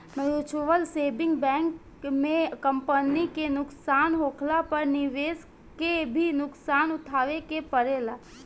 mutual saving bank में company के नुकसान होखला पर निवेशक के भी नुकसान उठावे के पड़ेला